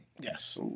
Yes